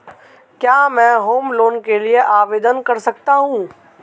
क्या मैं home loan के लिए आवेदन कर सकता हूं?